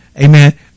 amen